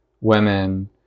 women